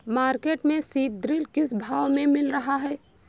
Market में सीद्रिल किस भाव में मिल रहा है?